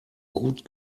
gut